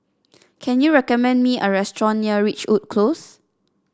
can you recommend me a restaurant near Ridgewood Close